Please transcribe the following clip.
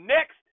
Next